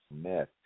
Smith